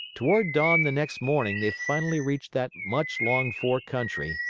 toward dawn the next morning they finally reached that much-longed-for country,